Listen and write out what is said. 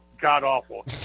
god-awful